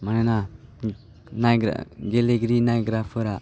मानोना गेलेगिरि नायग्राफोरा